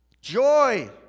Joy